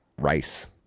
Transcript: rice